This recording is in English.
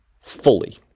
fully